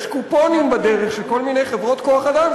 יש קופונים בדרך של כל מיני חברות כוח-אדם,